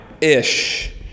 ish